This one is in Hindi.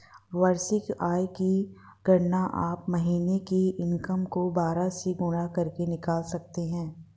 वार्षिक आय की गणना आप महीने की इनकम को बारह से गुणा करके निकाल सकते है